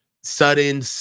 sudden